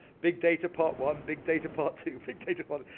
big data plot one, big data plot two, big data plot